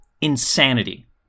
Insanity